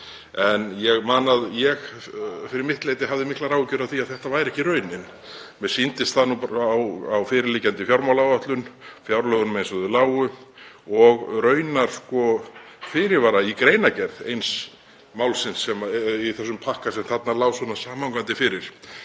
í dag. Ég fyrir mitt leyti hafði miklar áhyggjur af því að þetta væri ekki raunin, mér sýndist það nú bara á fyrirliggjandi fjármálaáætlun, á fjárlögunum eins og þau lágu og raunar á fyrirvara í greinargerð eins málsins í þessum pakka sem þarna lá svona samhangandi fyrir,